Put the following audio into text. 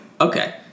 Okay